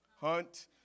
hunt